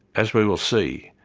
as we will see,